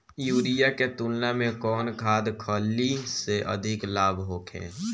Urea के तुलना में कौन खाध खल्ली से अधिक लाभ होखे?